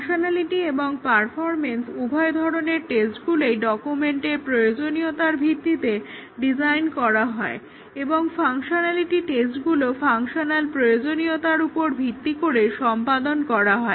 functionality এবং performance উভয় ধরনের টেস্টগুলোই ডকুমেন্টের প্রয়োজনীয়তার ভিত্তিতে ডিজাইন করা হয় এবং ফাংশনালিটি টেস্টগুলো ফাংশানাল প্রয়োজনীয়তার উপর ভিত্তি করে সম্পাদন করা হয়